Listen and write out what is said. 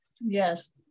Yes